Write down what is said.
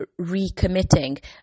recommitting